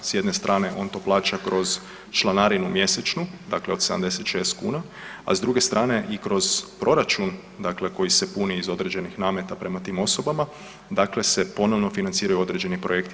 S jedne strane on to plaća kroz članarinu mjesečnu dakle od 76 kuna, a s druge strane i kroz proračun dakle koji se puni iz određenih nameta prema tim osobama, dakle se ponovno financiraju određeni projekti.